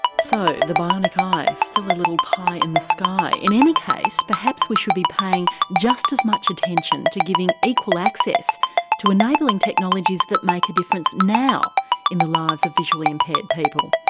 so the bionic eye, still a little pie in the sky. in any case perhaps we should be paying just as much attention to giving equal access to enabling technologies that make a difference now in the lives of visually impaired people.